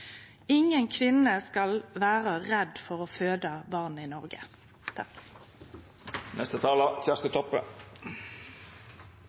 Ingen kvinner skal vere redde for å føde barn i